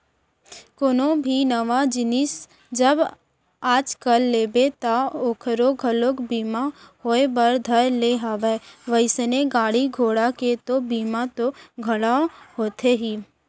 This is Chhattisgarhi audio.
कोनो भी नवा जिनिस जब आज कल लेबे ता ओखरो घलोक बीमा होय बर धर ले हवय वइसने गाड़ी घोड़ा के तो बीमा तो घलौ होथे ही